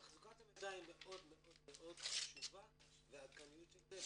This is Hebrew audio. תחזוקת המידע היא מאוד מאוד מאוד חשובה והעדכניות של זה,